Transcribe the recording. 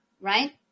right